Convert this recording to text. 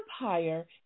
empire